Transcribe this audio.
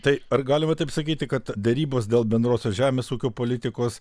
tai ar galima taip sakyti kad derybos dėl bendrosios žemės ūkio politikos